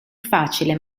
facile